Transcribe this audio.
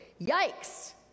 Yikes